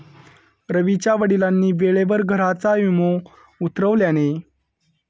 रवीच्या वडिलांनी वेळेवर घराचा विमो उतरवल्यानी